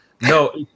No